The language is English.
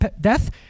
death